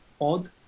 odd